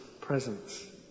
presence